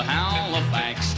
Halifax